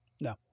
No